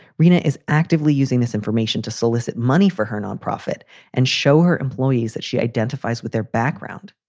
rena is actively using this information to solicit money for her nonprofit and show her employees that she identifies with their background.